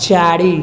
चारि